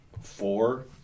four